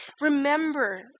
remember